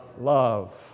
love